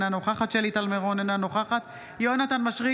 אינה נוכחת שלי טל מירון,